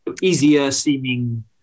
easier-seeming